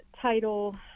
title